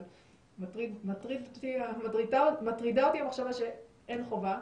אבל מטרידה אותי המחשבה שאין חובה,